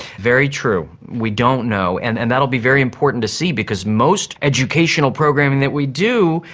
very true, we don't know, and and that will be very important to see because most educational programming that we do,